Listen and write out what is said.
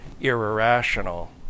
irrational